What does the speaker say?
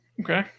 Okay